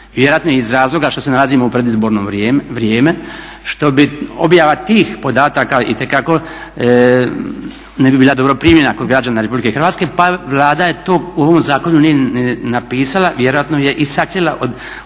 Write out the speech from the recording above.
vjerojatno iz razloga što se nalazimo u predizborno vrijeme, što bi objava tih podataka itekako ne bi bila dobro primljena kod građana RH pa Vlada u to u ovom zakonu nije ni napisala, vjerojatno je i sakrila od